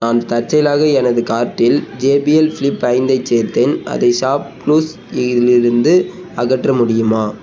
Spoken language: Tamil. நான் தற்செயலாக எனது கார்ட்டில் ஜேபிஎல் ஃப்ளிப் ஐந்தைச் சேர்த்தேன் அதை ஷாப் க்ளுஸ் இலிருந்து அகற்ற முடியுமா